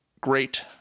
great